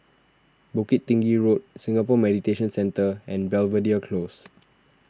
Bukit Tinggi Road Singapore Mediation Centre and Belvedere Close